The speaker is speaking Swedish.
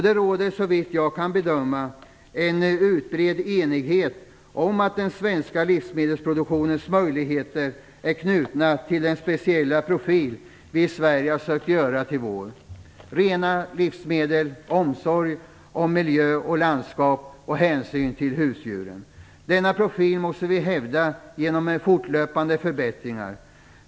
Det råder, såvitt jag kan bedöma, en utbredd enighet om att den svenska livsmedelsproduktionens möjligheter är knutna till den speciella profil vi i Sverige har sökt göra till vår: rena livsmedel, omsorg om miljö och landskap, hänsyn till husdjur. Denna profil måste vi hävda genom fortlöpande förbättringar.